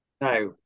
Now